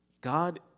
God